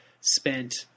spent